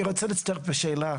אני רוצה להצטרף בשאלה,